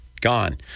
gone